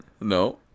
No